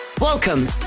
Welcome